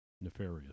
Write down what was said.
nefarious